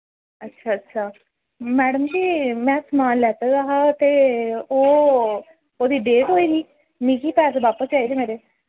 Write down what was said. अच्छा अच्छा मैडम जी मैं समान लैते दा हा ते ओह् ओह्दी डेट होई दी मिकी पैहे बापस चाहिदे मेरे